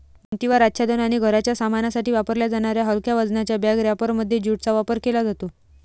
भिंतीवर आच्छादन आणि घराच्या सामानासाठी वापरल्या जाणाऱ्या हलक्या वजनाच्या बॅग रॅपरमध्ये ज्यूटचा वापर केला जातो